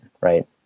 Right